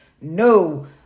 No